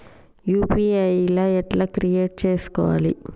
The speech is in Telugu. యూ.పీ.ఐ ఎట్లా క్రియేట్ చేసుకోవాలి?